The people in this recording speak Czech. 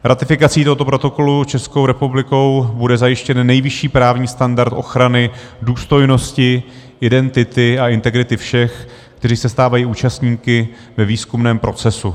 Ratifikací tohoto protokolu Českou republikou bude zajištěn nejvyšší právní standard ochrany důstojnosti, identity a integrity všech, kteří se stávají účastníky ve výzkumném procesu.